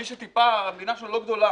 מי שטיפה, המדינה שלנו לא גדולה.